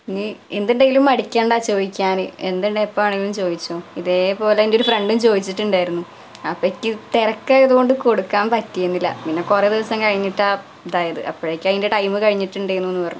ഇനി എന്തുണ്ടെങ്കിലും മടിക്കണ്ട ചോദിക്കാൻ എന്തുണ്ടെ എപ്പോൾ വേണമെങ്കിലും ചോദിച്ചാൽ ഇതേ പോലെ എൻ്റൊരു ഫ്രണ്ടും ചോദിച്ചിട്ടുണ്ടായിരുന്നു അപ്പോൾ എനിക്ക് തിരക്കായതു കൊണ്ടു കൊടുക്കാൻ പറ്റിയേന്നില്ല പിന്നെ കുറേ ദിവസം കഴിഞ്ഞിട്ടാൽ ഇതായത് അപ്പോഴേക്കും അതിൻ്റെ ടൈം കഴിഞ്ഞിട്ടുണ്ടേയെന്നു പറഞ്ഞു